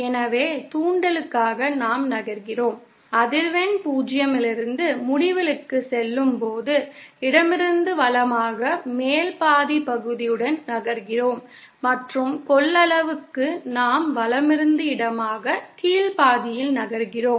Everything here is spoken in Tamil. எனவே தூண்டலுக்காக நாம் நகர்கிறோம் அதிர்வெண் 0 இலிருந்து முடிவிலிக்குச் செல்லும்போது இடமிருந்து வலமாக மேல் பாதிப் பகுதியுடன் நகர்கிறோம் மற்றும் கொள்ளளவுக்கு நாம் வலமிருந்து இடமாக கீழ் பாதியில் நகர்கிறோம்